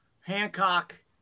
Hancock